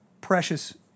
precious